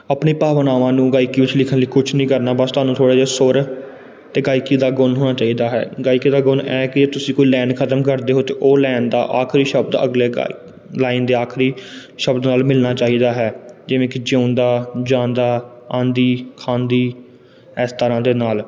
ਆਪਣੇ ਭਾਵਨਾਵਾਂ ਨੂੰ ਗਾਇਕੀ ਵਿੱਚ ਲਿਖਣ ਲਈ ਕੁਝ ਨਹੀਂ ਕਰਨਾ ਬਸ ਤੁਹਾਨੂੰ ਥੋੜ੍ਹਾ ਜਿਹਾ ਸੁਰ ਅਤੇ ਗਾਇਕੀ ਦਾ ਗੁਣ ਹੋਣਾ ਚਾਹੀਦਾ ਹੈ ਗਾਇਕੀ ਦਾ ਗੁਣ ਇਹ ਕਿ ਤੁਸੀਂ ਕੋਈ ਲਾਈਨ ਖਤਮ ਕਰਦੇ ਹੋ ਅਤੇ ਉਹ ਲੈਣ ਦਾ ਆਖਰੀ ਸ਼ਬਦ ਅਗਲੇ ਗਾਏ ਲਾਈਨ ਦੇ ਆਖਰੀ ਸ਼ਬਦ ਨਾਲ ਮਿਲਣਾ ਚਾਹੀਦਾ ਹੈ ਜਿਵੇਂ ਕਿ ਜਿਊਂਦਾ ਜਾਂਦਾ ਆਉਂਦੀ ਖਾਂਦੀ ਇਸ ਤਰ੍ਹਾਂ ਦੇ ਨਾਲ